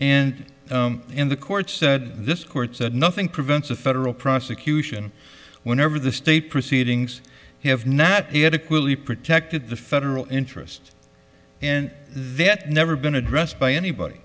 mentioned and in the court said this court said nothing prevents a federal prosecution whenever the state proceedings have not be adequately protected the federal interest and they have never been addressed by anybody